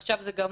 ועכשיו זה חל גם